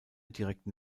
direkten